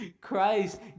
Christ